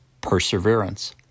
perseverance